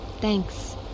Thanks